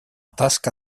tasca